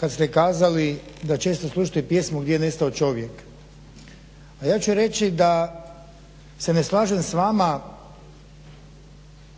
kad ste kazali da često slušate pjesmu Gdje je nestao čovjek. A ja ću reći da se ne slažem s vama